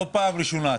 זאת לא פעם ראשונה.